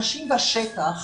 האנשים בשטח,